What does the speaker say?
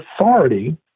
authority